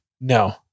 No